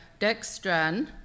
dextran